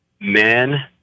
men